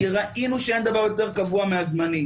כי ראינו שאין דבר יותר קבוע מהזמני.